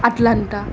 atlanta